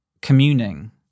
communing